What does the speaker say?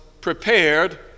prepared